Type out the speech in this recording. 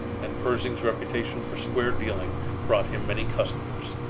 and pershing's reputation for square-dealing brought him many customers.